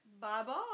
Bye-bye